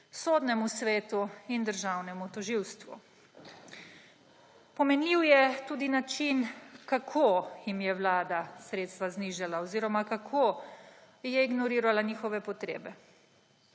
Sodnemu svetu in Državnemu tožilstvu. Pomenljiv je tudi način, kako jim je Vlada sredstva znižala oziroma kako je ignorirala njihove potrebe.